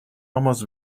almost